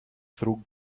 through